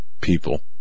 people